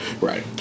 right